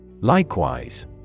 Likewise